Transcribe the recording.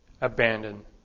abandon